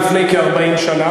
היא הוקמה לפני כ-40 שנה.